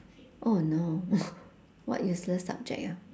oh no what useless subject ya